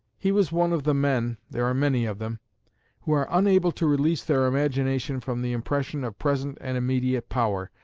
he was one of the men there are many of them who are unable to release their imagination from the impression of present and immediate power,